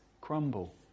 crumble